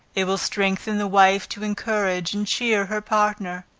it will strengthen the wife to encourage and cheer her partner,